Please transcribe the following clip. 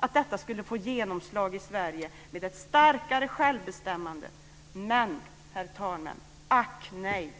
att det skulle få genomslag i Sverige med ett starkare självbestämmande. Men, herr talman, ack nej!